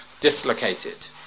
dislocated